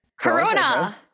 Corona